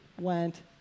went